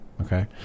Okay